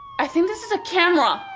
i think this is a camera